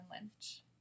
Lynch